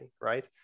Right